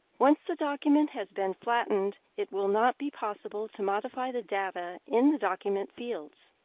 once the document has been flattened it will not be possible to modify the data in the document fields.